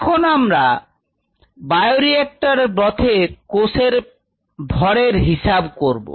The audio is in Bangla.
এখন আমরা বায়োরিএক্টর broth কোষের ভরের হিসাব করবো